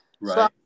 Right